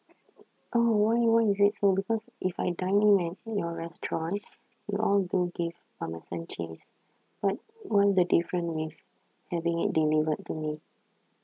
oh why why is it so because if I dine in at your restaurant you all do give parmesan cheese but why the difference with having it delivered to me